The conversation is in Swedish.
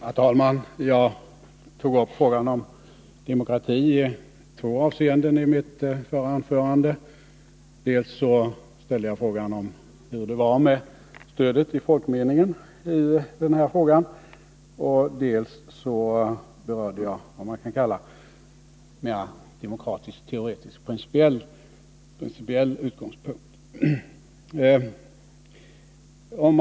Herr talman! Jag tog i mitt förra anförande upp demokrati i två avseenden: dels undrade jag hur det var med stödet i folkmeningen till frågan om monarki, dels berörde jag monarkin från vad man kan kalla mer demokratisk-teoretisk och principiell utgångspunkt.